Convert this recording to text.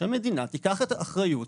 שהמדינה תיקח את האחריות,